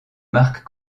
marque